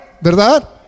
¿Verdad